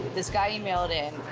this guy emailed in.